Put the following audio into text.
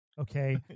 okay